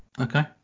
okay